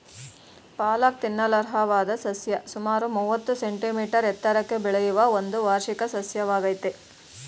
ಪಾಲಕ್ ತಿನ್ನಲರ್ಹವಾದ ಸಸ್ಯ ಸುಮಾರು ಮೂವತ್ತು ಸೆಂಟಿಮೀಟರ್ ಎತ್ತರಕ್ಕೆ ಬೆಳೆಯುವ ಒಂದು ವಾರ್ಷಿಕ ಸಸ್ಯವಾಗಯ್ತೆ